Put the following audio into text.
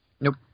Nope